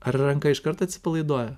ar ranka iškart atsipalaiduoja